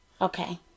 Okay